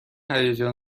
هیجان